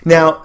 Now